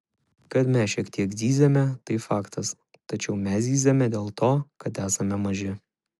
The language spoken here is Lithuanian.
kad mes šiek tiek zyziame tai faktas tačiau mes zyziame dėl to kad esame maži